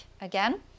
again